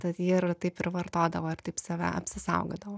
tad jie jį ir taip ir vartodavo ir taip save apsisaugodavo